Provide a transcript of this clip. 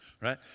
right